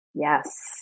Yes